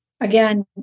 again